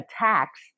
attacks